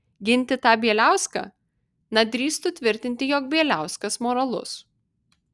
ginti tą bieliauską na drįstų tvirtinti jog bieliauskas moralus